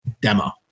demo